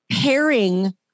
pairing